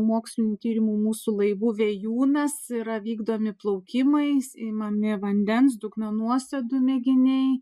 mokslinių tyrimų mūsų laivu vėjūnas yra vykdomi plaukimais imami vandens dugno nuosėdų mėginiai